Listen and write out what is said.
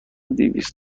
دویست